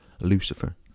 Lucifer